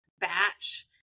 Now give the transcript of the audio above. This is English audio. batch